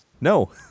No